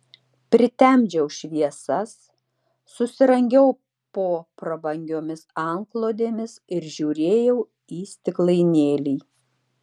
pritemdžiau šviesas susirangiau po prabangiomis antklodėmis ir žiūrėjau į stiklainėlį